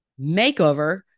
makeover